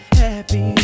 happy